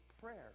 prayer